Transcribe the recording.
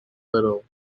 little